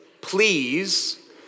please